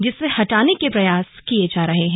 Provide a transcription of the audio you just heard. जिसे हटाने के प्रयास किये जा रहे हैं